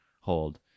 hold